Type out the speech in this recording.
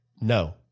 No